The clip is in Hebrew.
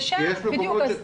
בדיוק.